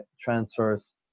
transfers